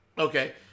Okay